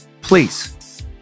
Please